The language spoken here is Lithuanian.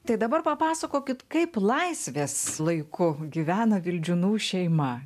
tai dabar papasakokit kaip laisvės laiku gyvena vildžiūnų šeima